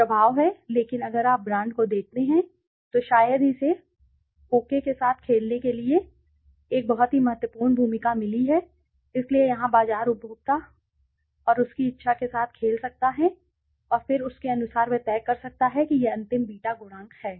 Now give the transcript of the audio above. एक प्रभाव है लेकिन अगर आप ब्रांड को देखते हैं तो शायद ही इसे ओके के साथ खेलने के लिए एक बहुत ही महत्वपूर्ण भूमिका मिली है इसलिए यहां बाजार उपभोक्ता और उसकी इच्छा के साथ खेल सकता है और फिर उसके अनुसार वह तय कर सकता है कि यह अंतिम बीटा गुणांक है